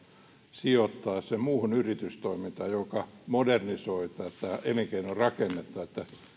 sijoittaa sen muuhun yritystoimintaan mikä modernisoi tätä elinkeinorakennetta